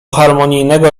harmonijnego